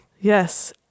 Yes